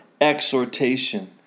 exhortation